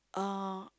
uh